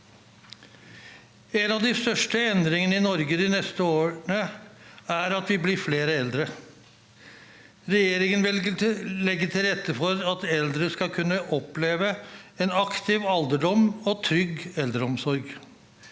En av de største endringene i Norge de neste årene er at vi blir flere eldre. Regjeringen vil legge til rette for at eldre skal kunne oppleve en aktiv alderdom og trygg eldreomsorg.